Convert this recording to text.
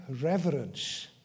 reverence